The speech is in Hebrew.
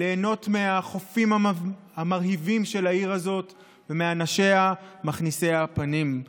ליהנות מהחופים המרהיבים של העיר הזאת ומאנשיה מסבירי הפנים.